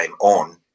on